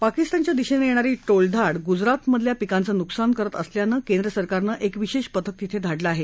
पाकिस्तानच्या दिशेनं येणारी शोळधाड ग्जरातमधल्या पिकांचं न्कसान करत असल्यानं केंद्र सरकारनं एक विशेष पथक तिथे धाडलं आहे